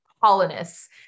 colonists